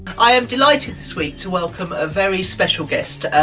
i am delighted this week to welcome a very special guest.